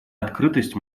открытость